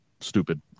stupid